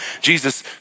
Jesus